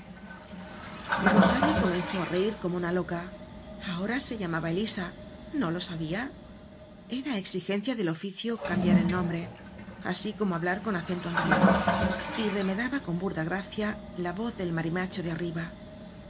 rosario comenzó á reir como una loca ahora se llamaba elisa no lo sabía era exigencia del oficio cambiar el nombre así como hablar con acento andaluz y remedaba con burda gracia la voz del marimacho de arriba